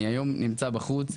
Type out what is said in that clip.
אני היום נמצא בחוץ,